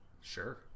Sure